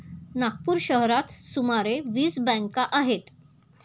नागपूर शहरात सुमारे वीस बँका आहेत